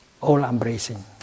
all-embracing